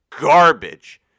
garbage